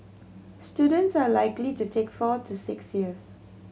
students are likely to take four to six years